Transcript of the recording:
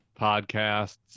podcasts